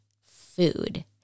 food